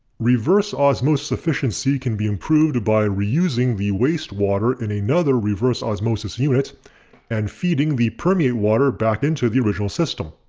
reverse osmosis efficiency can be improved by reusing the wastewater in another reverse osmosis unit and feeding the permeate water back into the original system.